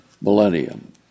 millennium